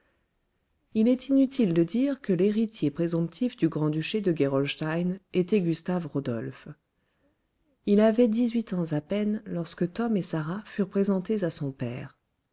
il est inutile de dire que l'héritier présomptif du grand duché de gerolstein était gustave rodolphe il avait dix-huit ans à peine lorsque tom et sarah furent présentés à son père